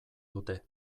dute